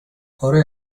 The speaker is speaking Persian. اره